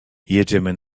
jedziemy